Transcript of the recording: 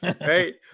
right